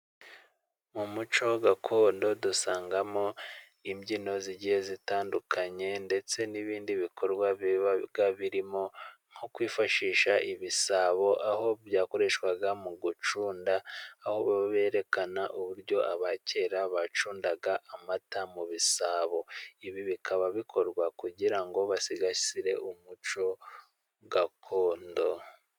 Mu muco gakondo dusangamo imbyino zigiye zitandukanye, ndetse n'ibindi bikorwa biba birimo nko kwifashisha ibisabo, aho byakoreshwaga mu gucunda, aho berekana uburyo abakera bacundaga amata mu bisabo. Ibi bikaba bikorwa kugira ngo basigasire umuco gakondo.